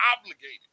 obligated